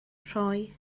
rhoi